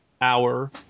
hour